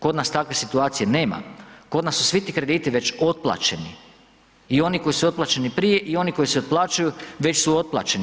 Kod nas takve situacije nema, kod nas su svi ti krediti već otplaćeni i oni koji su otplaćeni prije i oni koji se otplaćuju već su otplaćeni.